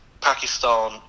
Pakistan